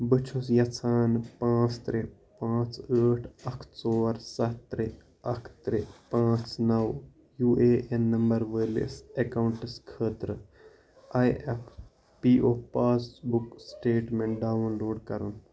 بہٕ چھُس یژھان پانژھ ترٛےٚ پانژھ ٲٹھ اکھ ژور سَتھ ترٛےٚ اکھ ترٛےٚ پانژھ نو یو اے ایٚن نمبر وٲلِس اکاؤنٹس خٲطرٕ E F P O passbook statement download کرُن